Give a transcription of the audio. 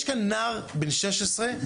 יש כאן נער בן שש עשרה,